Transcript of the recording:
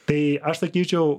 tai aš sakyčiau